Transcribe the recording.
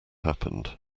happened